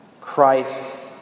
christ